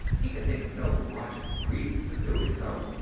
he could think of no logical reason for doing so.